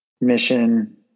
mission